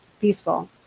peaceful